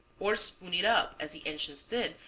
or spoon it up, as the ancients did,